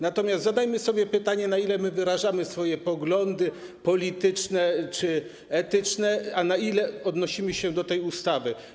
Natomiast zadajmy sobie pytanie, na ile wyrażamy swoje poglądy polityczne czy etyczne, a na ile odnosimy się do tej ustawy.